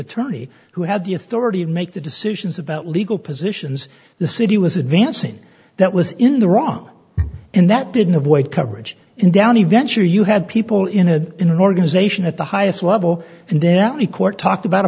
attorney who had the authority to make the decisions about legal positions the city was advancing that was in the wrong and that didn't avoid coverage in downey venture you had people in it in an organization at the highest level and then the court talked about a